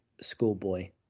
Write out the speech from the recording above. schoolboy